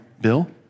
bill